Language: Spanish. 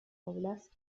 óblast